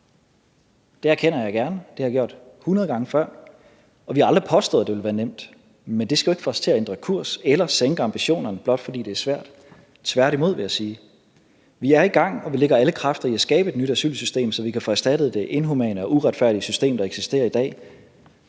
Det erkender jeg gerne. Det har jeg gjort hundrede gange før, og vi har aldrig påstået, at det ville være nemt, men det skal jo ikke få os til at ændre kurs eller sænke ambitionerne, blot fordi det er svært, tværtimod vil jeg sige. Vi er i gang, og vi lægger alle kræfter i at skabe et nyt asylsystem, så vi kan få erstattet det inhumane og uretfærdige system, der eksisterer i dag,